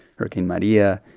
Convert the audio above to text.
hurricane maria,